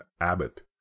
Abbott